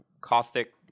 caustic